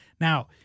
Now